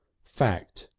fact!